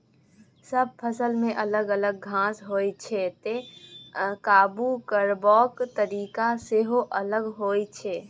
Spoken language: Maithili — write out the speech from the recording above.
सब फसलमे अलग अलग घास होइ छै तैं काबु करबाक तरीका सेहो अलग होइ छै